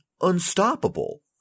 unstoppable